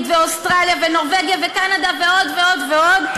ואוסטרליה ונורבגיה וקנדה ועוד ועוד ועוד,